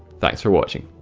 thanks for watching.